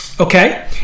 okay